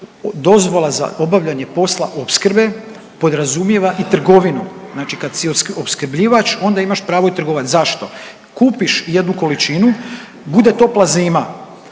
dozvola za obavljanje posla opskrbe podrazumijeva i trgovinu. Znači kad si opskrbljivač onda imaš pravo i trgovati. Zašto? Kupiš jednu količinu, bude topla zima,